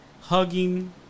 Hugging